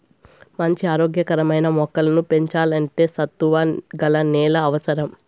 మంచి ఆరోగ్య కరమైన మొక్కలను పెంచల్లంటే సత్తువ గల నేల అవసరం